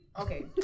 okay